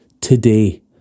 today